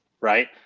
Right